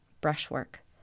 Brushwork